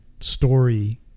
story